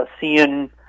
seeing